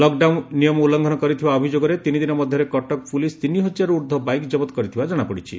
lockdown ନିୟମ ଉଲୁଙ୍ଫନ କରିଥିବା ଅଭିଯୋଗରେ ତିନିଦିନ ମଧ୍ଘରେ କଟକ ପୁଲିସ ତିନିହଜାରରୁ ଊର୍ଦ୍ଧ୍ୱ ବାଇକ୍ ଜବତ କରିଥିବା ଜଶାପଡିଛି